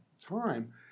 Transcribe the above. time